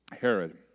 Herod